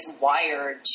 wired